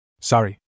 Sorry